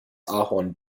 ahorn